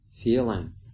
feeling